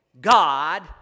God